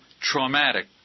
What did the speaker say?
Traumatic